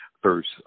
first